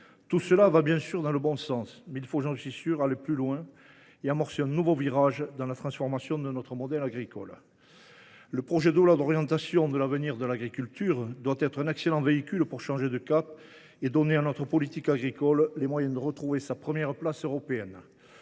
Tout cela va, bien sûr, dans le bon sens, mais je suis certain qu’il faut aller plus loin et amorcer un nouveau virage dans la transformation de notre modèle agricole. Le projet de loi d’orientation et d’avenir agricoles doit être un excellent véhicule pour changer de cap et donner à notre politique agricole les moyens de retrouver sa première place européenne.